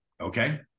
okay